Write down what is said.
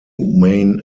main